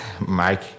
Mike